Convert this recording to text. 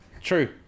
True